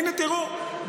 הינה, תראו,